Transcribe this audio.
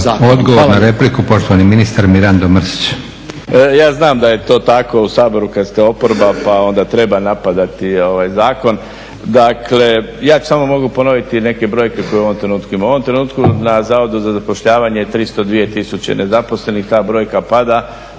Odgovor na repliku, poštovani ministar Mirando Mrsić. **Mrsić, Mirando (SDP)** Ja znam da je to tako u Saboru kad ste oporba pa onda treba napadati zakon. Dakle, ja samo mogu ponoviti neke brojke koje u ovom trenutku imamo. U ovom trenutku na Zavodu za zapošljavanje je 302 tisuće nezaposlenih, ta brojka pada.